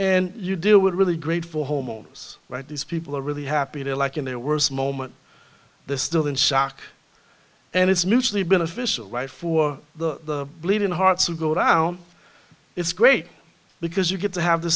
and you deal with really great for homeowners like these people are really happy to like in their worst moment they're still in shock and it's mutually beneficial life for the bleeding hearts who go down it's great because you get to have the